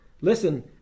listen